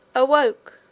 awoke,